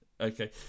okay